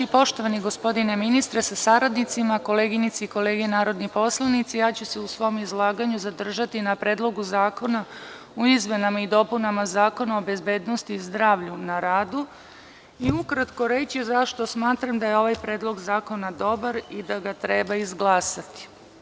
Poštovani gospodine ministre sa saradnicima, koleginice i kolege narodni poslanici, ja ću se u svom izlaganju zadržati na Predlogu zakona o izmenama i dopunama Zakona o bezbednosti i zdravlju na radu i ukratko reći zašto smatram da je ovaj Predlog zakona dobar i da ga treba izglasati.